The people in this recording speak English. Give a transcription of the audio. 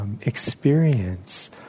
Experience